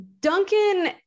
Duncan